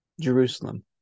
Jerusalem